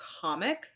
comic